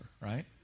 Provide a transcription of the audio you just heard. right